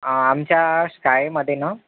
आमच्या शाळेमध्ये ना